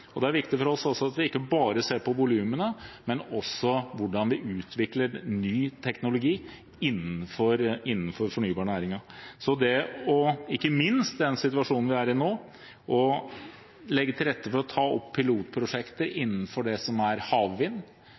i. Det er viktig for oss at vi ikke bare ser på volumene, men også på hvordan vi utvikler ny teknologi innenfor den fornybare næringen, og ikke minst i den situasjonen vi er i nå, å legge til rette for å ta opp pilotprosjektet innenfor det som er havvind,